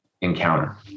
encounter